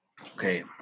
Okay